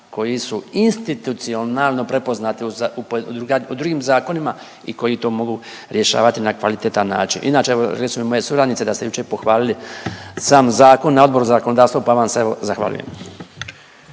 koji su institucionalno prepoznati u drugim zakonima i koji to mogu rješavati na kvalitetan način. Inače, evo …/Govornik se ne razumije./…moje suradnice da ste jučer pohvalili sam zakon na Odboru za zakonodavstvo, pa vam se evo zahvaljujem.